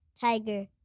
Tiger